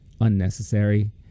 unnecessary